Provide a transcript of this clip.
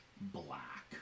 black